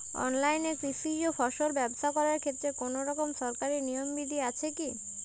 অনলাইনে কৃষিজ ফসল ব্যবসা করার ক্ষেত্রে কোনরকম সরকারি নিয়ম বিধি আছে কি?